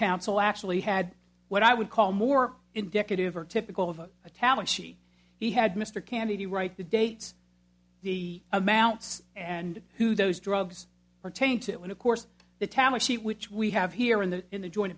counsel actually had what i would call more indicative or typical of a talent she he had mr candy right the dates the amounts and who those drugs pertain to and of course the tally sheet which we have here in the in the join